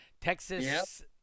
Texas